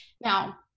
Now